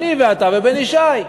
אני ואתה ובן ישי.